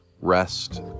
rest